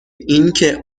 اینکه